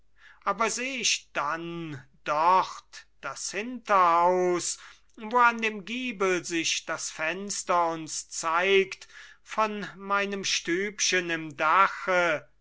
aber seh ich dann dort das hinterhaus wo an dem giebel sich das fenster uns zeigt von meinem stübchen im dache